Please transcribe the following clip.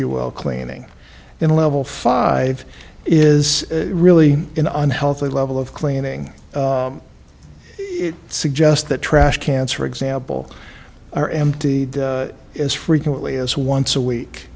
you will cleaning in a level five is really in a unhealthy level of cleaning it suggest that trash cans for example are empty as frequently as once a week